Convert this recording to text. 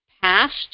past